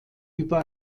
über